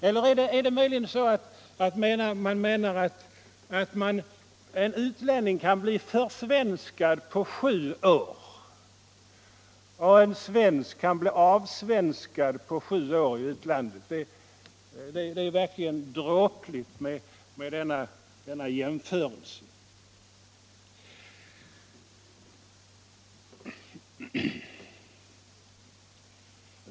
Eller menar man kanske att en utlänning kan bli försvenskad på sju år och att en svensk kan bli ”avsvenskad” på sju år i utlandet? Det är i så fall verkligen en dråplig jämförelse.